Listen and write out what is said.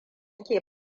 ke